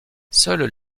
seules